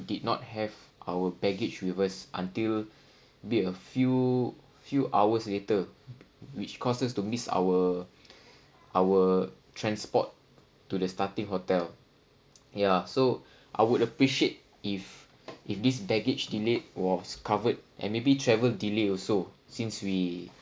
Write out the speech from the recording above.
did not have our baggage with us until be a few few hours later which cause us to miss our our transport to the starting hotel ya so I would appreciate if if this baggage delayed was covered and maybe travel delay also since we